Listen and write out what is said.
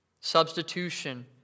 Substitution